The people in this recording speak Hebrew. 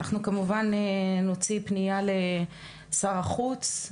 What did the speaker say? אנחנו כמובן נוציא פנייה לשר החוץ,